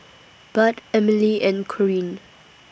Bud Emilee and Corine